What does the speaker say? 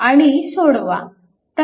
आणि सोडवा